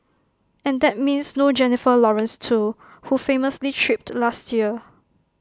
and that means no Jennifer Lawrence too who famously tripped last year